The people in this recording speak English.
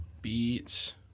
Beats